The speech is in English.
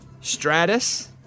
stratus